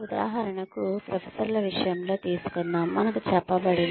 ఉదాహరణకు ప్రొఫెసర్ల విషయంలో తీసుకుందాం మనకు చెప్పబడింది